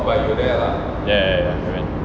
ya ya